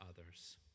others